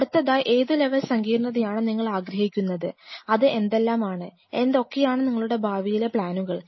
അടുത്തതായി ഏതു ലെവൽ സങ്കീർണതയാണ് നിങ്ങളാഗ്രഹിക്കുന്നത് അത് എന്തെല്ലാമാണ് എന്തൊക്കെയാണ് നിങ്ങളുടെ ഭാവിയിലേക്കുള്ള പ്ലാനുകൾ